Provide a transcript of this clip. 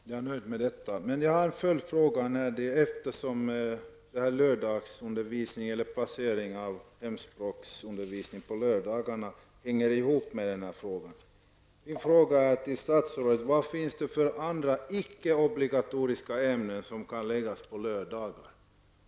Herr talman! Med det svaret är jag nöjd, men jag har en följdfråga med anledning av förläggningen av hemspråksundervisning till lördagarna. Min fråga till statsrådet blir: Vilka andra ickeobligatoriska ämnen kan förläggas till lördagar?